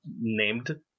named